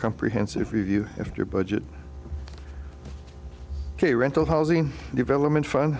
comprehensive review after budget a rental housing development fun